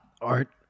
Art